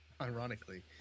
ironically